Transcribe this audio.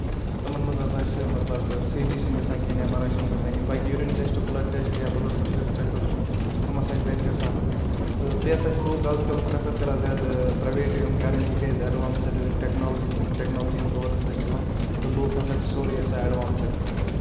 تِمِن منٛز ہسا چھِ مطلب سی ٹی چھُنہٕ گژھان کہینٛۍ ایٚم آر آیۍ چھُنہٕ گژھان کہینٛۍ باقٕے یوریٖن ٹیسٹ بٕلڑ ٹیسٹ یا بٕلڑ پریشر چیٚک اَپ یِم ہسا چھِ تَتہِ گژھان تہٕ بیٚیہِ ہسا چھِ لُکھ آز کَل پرٮ۪فر کران زیادٕ پریویٹٕے یِم کرٕنۍ تِکیازِ ایڈوانسٕڈ ٹیکنال ٹیکنالجی ہُند دور ہسا چھُ چلان تہٕ لُکھ ہسا چھِ سورُے ہسا ایڈوانسٕڈ